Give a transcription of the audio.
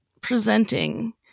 presenting